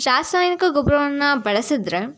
ರಾಸಾಯನಿಕ ಗೊಬ್ಬರವನ್ನ ಬಳಸಿದ್ರೆ